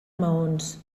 maons